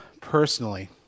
personally